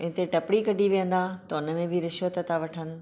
हिते टपरी कढी वेहंदा त हुन में बि रिश्वत था वठनि